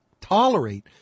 tolerate